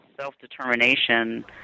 self-determination